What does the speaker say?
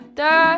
da